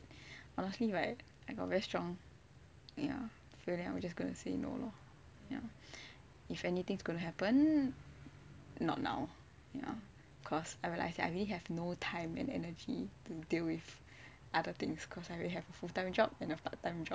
honestly right I got a very strong feeling I'm just gonna say no lor if anything's gonna happen not now you know cause I realise that I really have no time and energy to deal with other things because I really have a full time job and a part time job